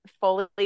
fully